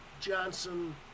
Johnson